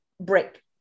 break